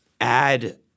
add